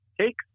take